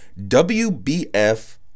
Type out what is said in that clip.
WBF